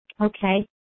Okay